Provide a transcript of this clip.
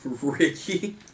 Ricky